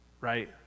right